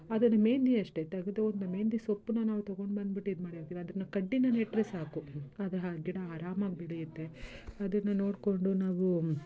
ಅದನ್ನ ಮೆಹೆಂದಿ ಅಷ್ಟೆ ತೆಗ್ದು ಒಂದು ಮೆಹೆಂದಿ ಸೊಪ್ಪನ್ನ ನಾವು ತಗೊಂಡು ಬಂದ್ಬಿಟ್ಟು ಇದು ಮಾಡಿರ್ತೀವಿ ಅದನ್ನು ಕಡ್ಡಿನಲ್ಲಿಟ್ಟರೆ ಸಾಕು ಅದು ಆ ಗಿಡ ಆರಾಮಾಗಿ ಬೆಳೆಯುತ್ತೆ ಅದನ್ನು ನೋಡಿಕೊಂಡು ನಾವು